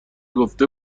گفته